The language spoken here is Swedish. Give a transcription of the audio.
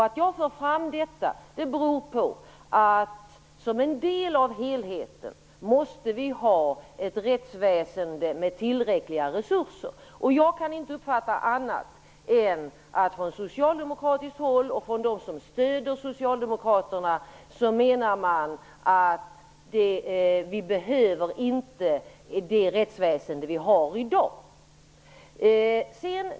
Att jag för fram detta beror på att vi som en del av helheten måste ha ett rättsväsende med tillräckliga resurser. Jag kan inte uppfatta annat än att man från socialdemokratiskt håll menar att vi inte behöver det rättsväsende vi har i dag.